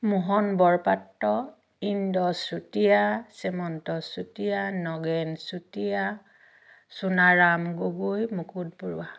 Mohan Borpatra Indra Chutia Shyamanta Chutia Nagen Chutia Sonaram Gogoi Mukut Barua